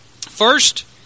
First